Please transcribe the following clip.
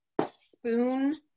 spoon